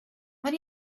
when